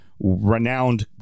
renowned